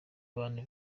abantu